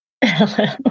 Hello